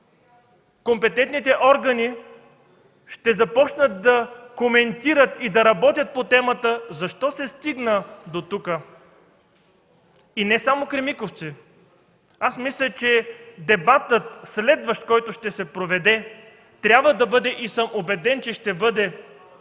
компетентните органи ще започнат да коментират и да работят по темата защо се стигна дотук. И не само „Кремиковци”, мисля, че следващият дебат, който ще се проведе, трябва да бъде и съм убеден, че ще бъде